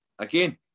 Again